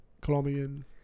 colombian